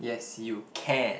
yes you can